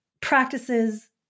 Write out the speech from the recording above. practices